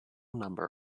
number